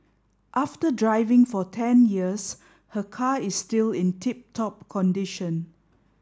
after driving for ten years her car is still in tip top condition